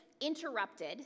interrupted